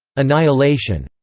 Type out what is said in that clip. annihilation,